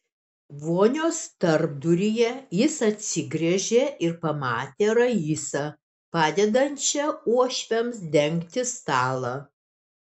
vonios tarpduryje jis atsigręžė ir pamatė raisą padedančią uošviams dengti stalą